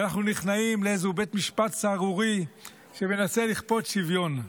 ושאנחנו נכנעים לאיזה בית משפט סהרורי שמנסה לכפות שוויון.